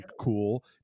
cool